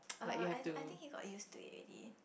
uh I I think he got used to it already